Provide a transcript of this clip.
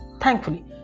Thankfully